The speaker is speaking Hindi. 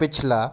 पिछला